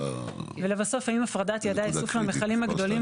ולבסוף האם הפרדת יעדי האיסוף מהמכלים הגדולים